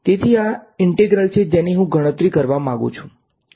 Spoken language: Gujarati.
તેથી આ ઈંન્ટ્રેગલ છે જેની હું ગણતરી કરવા માંગું છું